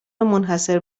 منحصر